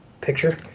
picture